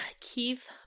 Keith